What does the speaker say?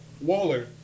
Waller